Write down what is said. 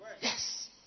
Yes